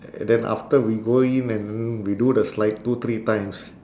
and then after we go in and then we do the slide two three times